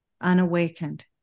unawakened